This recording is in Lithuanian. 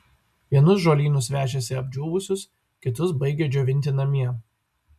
vienus žolynus vežėsi apdžiūvusius kitus baigė džiovinti namie